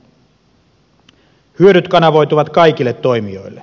hyödyt kanavoituvat kaikille toimijoille